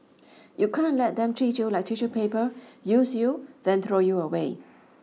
you can't let them treat you like tissue paper use you then throw you away